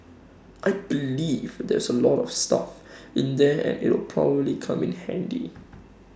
I believe there's A lot of stuff in there and IT will probably come in handy